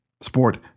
Sport